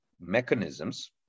mechanisms